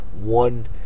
one